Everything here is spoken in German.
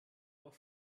doch